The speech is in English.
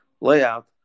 layout